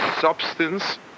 substance